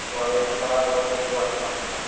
وعلیکُم السلام ورحمِتُہ اللہِ وَبَرکاتہ